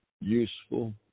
useful